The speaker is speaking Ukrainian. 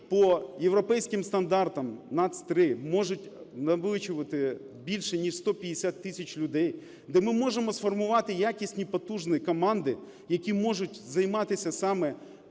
по європейським стандартам NUTS-3 можуть налічувати більше ніж 150 тисяч людей, де ми можемо сформувати якісні, потужні команди, які можуть займатися саме